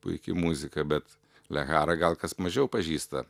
puiki muzika bet leharą gal kas mažiau pažįsta